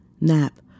NAP